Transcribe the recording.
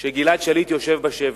שגלעד שליט יושב בשבי.